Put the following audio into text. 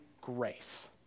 grace